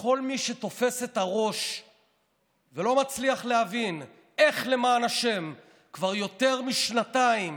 לכל מי שתופס את הראש ולא מצליח להבין איך למען השם כבר יותר משנתיים